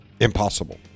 Impossible